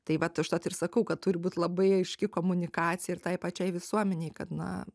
tai vat užtat ir sakau kad turi būt labai aiški komunikacija ir tai pačiai visuomenei kad na